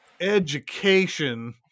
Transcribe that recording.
education